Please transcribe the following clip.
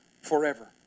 forever